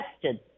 question